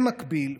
במקביל,